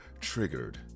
Triggered